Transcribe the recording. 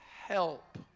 help